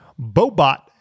Bobot